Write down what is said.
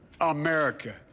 America